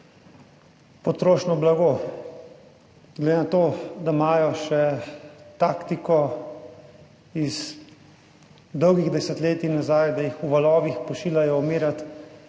potrošno blago. Glede na to, da imajo še taktiko iz dolgih desetletij nazaj, da jih v valovih pošiljajo umirati